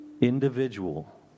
individual